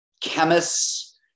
chemists